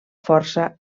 força